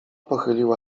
pochyliła